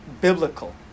biblical